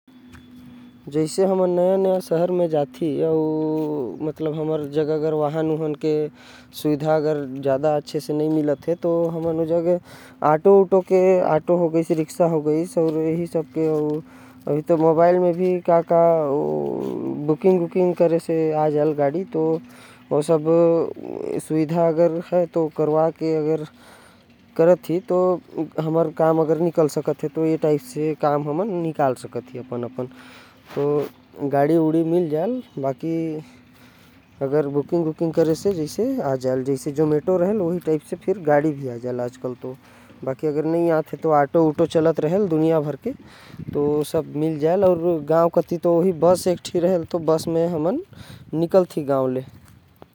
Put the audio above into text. नया शहर म तै ऑटो रिक्शा अउ टैक्सी ले सकत हस। अब तो तै मोबाइल म भी गाड़ी बुक कर सकत हस ऑनलाइन जेकर। म तोर गाड़ी वही आके खड़ा हो जाहि जहा तै। होबे अउ वहा तक जाहि जहा तक तोके जाना है। गाव म हमन तो खाली बस इस्तेमाल करथि।